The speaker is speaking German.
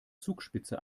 zugspitze